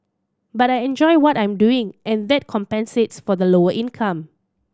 but I enjoy what I'm doing and that compensates for the lower income